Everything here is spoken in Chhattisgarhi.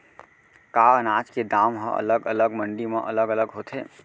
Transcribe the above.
का अनाज के दाम हा अलग अलग मंडी म अलग अलग होथे?